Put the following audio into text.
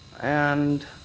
and